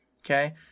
okay